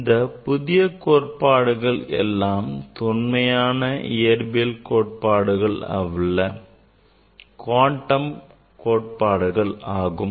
இந்த புதிய கோட்பாடுகள் எல்லாம் தொன்மையான இயற்பியல் கோட்பாடுகள் அல்ல குவாண்டம் கோட்பாடுகள் ஆகும்